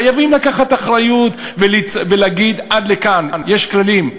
חייבים לקחת אחריות ולהגיד: עד לכאן, יש כללים.